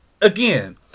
again